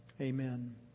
Amen